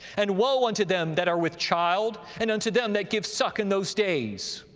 and woe unto them that are with child, and unto them that give suck in those days!